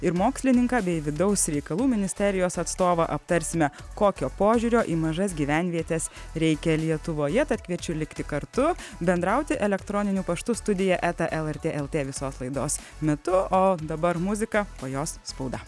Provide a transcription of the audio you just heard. ir mokslininką bei vidaus reikalų ministerijos atstovą aptarsime kokio požiūrio į mažas gyvenvietes reikia lietuvoje tad kviečiu likti kartu bendrauti elektroniniu paštu studija eta lrt lt visos laidos metu o dabar muzika po jos spauda